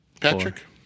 Patrick